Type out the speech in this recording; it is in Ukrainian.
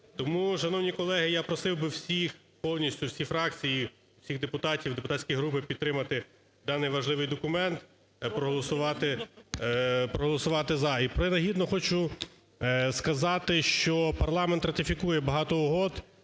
Тому, шановні колеги, я просив би всіх, повністю всі фракції, всіх депутатів і депутатські групи підтримати даний важливий документ, проголосувати "за". І принагідно хочу сказати, що парламент ратифікує багато угод,